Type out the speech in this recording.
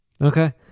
Okay